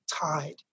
tied